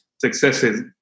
successes